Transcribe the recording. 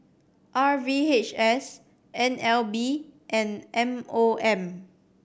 R V H S N L B and M O M